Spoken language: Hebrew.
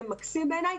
שזה מקסים בעיניי.